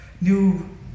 new